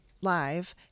live